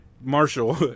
Marshall